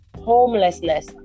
homelessness